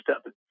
step